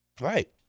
Right